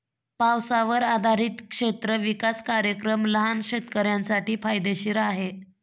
पावसावर आधारित क्षेत्र विकास कार्यक्रम लहान शेतकऱ्यांसाठी फायदेशीर आहे